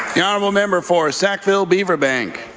the honourable member for sackville-beaver bank.